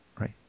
right